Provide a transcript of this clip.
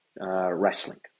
wrestling